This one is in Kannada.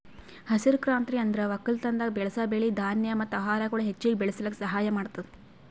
ಹಸಿರು ಕ್ರಾಂತಿ ಅಂದುರ್ ಒಕ್ಕಲತನದಾಗ್ ಬೆಳಸ್ ಬೆಳಿ, ಧಾನ್ಯ ಮತ್ತ ಆಹಾರಗೊಳ್ ಹೆಚ್ಚಿಗ್ ಬೆಳುಸ್ಲುಕ್ ಸಹಾಯ ಮಾಡ್ತುದ್